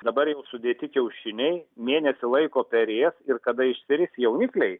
dabar jau sudėti kiaušiniai mėnesį laiko perės ir kada išsiris jaunikliai